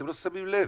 אתם לא שמים לב,